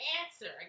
answer